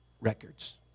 records